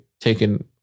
taken